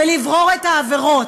לברור את העבירות,